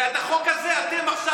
ואת החוק הזה אתם עכשיו לא מקיימים.